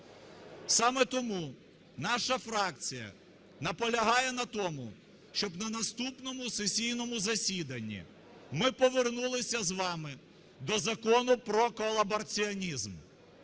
Саме тому наша фракція наполягає на тому, щоб на наступному сесійному засіданні ми повернулися з вами до Закону про колабораціонізм.